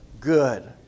good